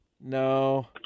No